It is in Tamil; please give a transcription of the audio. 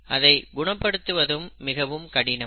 அதை குணப்படுத்துவது மிகவும் கடினம்